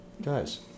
Guys